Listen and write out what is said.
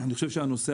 אני חושב שהנושא